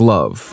Love